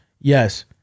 Yes